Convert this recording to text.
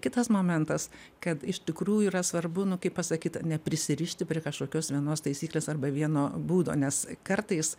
kitas momentas kad iš tikrųjų yra svarbu nu kaip pasakyt neprisirišti prie kašokios vienos taisyklės arba vieno būdo nes kartais